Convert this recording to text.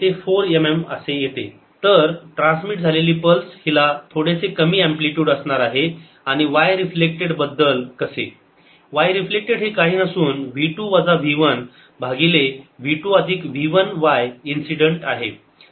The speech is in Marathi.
yt 2v2v1v2yIncident2025×5 mm4 mm तर ट्रान्समिट झालेली पल्स हिला थोडेसे कमी अँप्लिटयूड असणार आहे आणि y रिफ्लेक्टेड बद्दल कसे y रिफ्लेक्टेड हे काही नसून v 2 वजा v 1 भागिले v 2 अधिक v 1 y इन्सिडेंट आहे